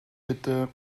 bitte